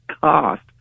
cost